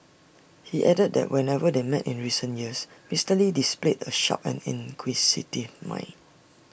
he added that whenever they met in recent years Mister lee displayed A sharp and inquisitive mind